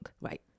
Right